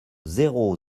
zéro